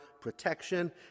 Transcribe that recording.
protection